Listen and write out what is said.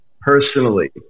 personally